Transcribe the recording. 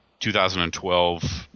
2012